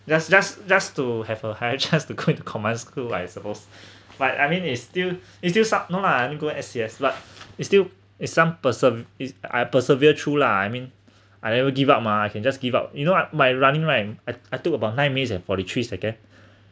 just just just to have a higher chance to quit the command school I suppose like I mean is still is still sub~ no lor I no go S_C_S but is still is some pers~ is I persevered through lah I mean I never give up mah I can just give up you know ah my running line uh I took about nine minutes and fourty three second